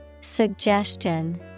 Suggestion